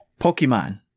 Pokemon